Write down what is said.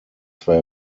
zwei